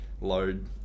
load